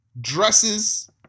dresses